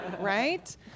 right